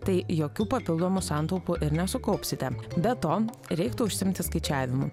tai jokių papildomų santaupų ir nesukaupsite be to reiktų užsiimti skaičiavimu